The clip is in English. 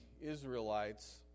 Israelites